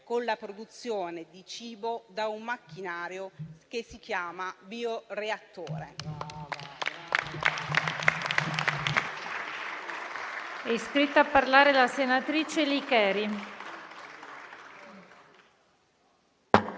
con la produzione di cibo da un macchinario che si chiama bioreattore.